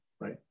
right